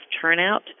turnout